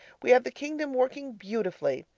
we have the kingdom working beautifully.